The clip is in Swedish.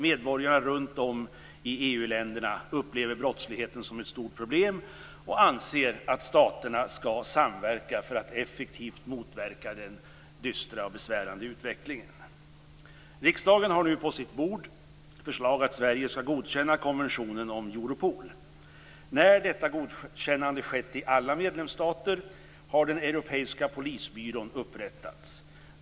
Medborgarna runt om i EU-länderna upplever brottsligheten som ett stort problem och anser att staterna skall samverka för att effektivt motverka den dystra och besvärande utvecklingen. Riksdagen har nu på sitt bord ett förslag att Sverige skall godkänna konventionen om Europol. När detta godkännande skett i alla medlemsstater har den europeiska polisbyrån upprättats.